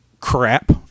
crap